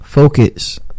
Focus